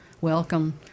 welcome